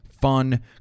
fun